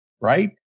right